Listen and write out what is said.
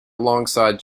alongside